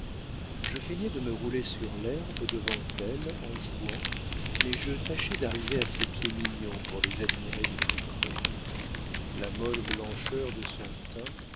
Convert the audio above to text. je feignais de me rouler sur l'herbe devant elle en jouant mais je tâchais d'arriver à ses pieds mignons pour les admirer de plus près la molle blancheur de son teint